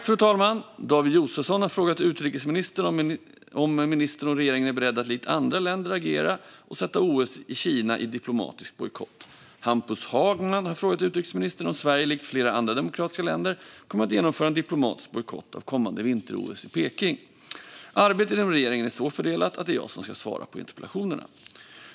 Fru talman! David Josefsson har frågat utrikesministern om ministern och regeringen är beredda att likt andra länder agera och sätta OS i Kina i diplomatisk bojkott. Hampus Hagman har frågat utrikesministern om Sverige likt flera andra demokratiska länder kommer att genomföra en diplomatisk bojkott av kommande vinter-OS i Peking. Arbetet inom regeringen är så fördelat att det är jag som ska svara på interpellationerna.